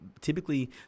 typically